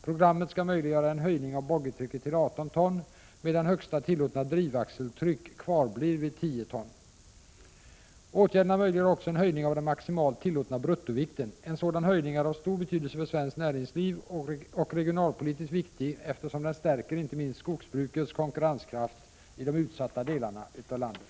Programmet skall möjliggöra en höjning av boggitrycket till 18 ton, medan högsta tillåtna drivaxelstryck kvarblir vid 10 ton. Åtgärderna möjliggör också en höjning av den maximalt tillåtna bruttovikten. En sådan höjning är av stor betydelse för svenskt näringsliv och regionalpolitiskt viktig, eftersom den stärker inte minst skogsbrukets konkurrenskraft i de utsatta delarna av landet.